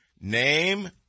Name